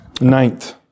Ninth